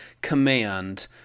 command